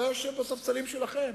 אתה יושב בספסלים שלכם,